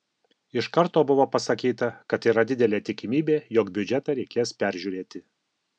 iš karto buvo pasakyta kad yra didelė tikimybė jog biudžetą reikės peržiūrėti